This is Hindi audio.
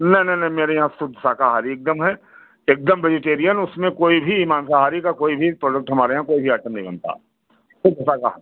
नहीं नहीं नहीं मेरे यहाँ शुद्ध शाकाहारी एक दम है एक दम वेजिटेरियन उसमें कोई भी मांसाहारी का कोई भी प्रोडक्ट हमारे यहाँ कोई भी आइटम नहीं बनता शुद्ध